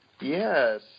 Yes